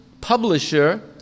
publisher